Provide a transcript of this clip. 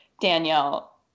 Danielle